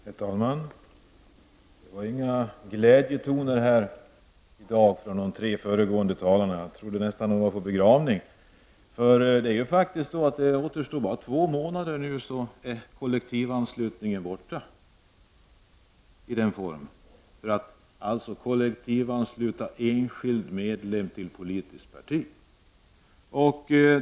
Herr talman! Det var inga glädjetoner från de tre föregående talarna. Jag trodde nästan att de var på en begravning. Det återstår faktiskt bara två månader innan kollektivanslutningen för enskild medlem till politiskt parti upphör.